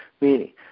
Meaning